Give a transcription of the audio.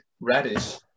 radish